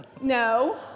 No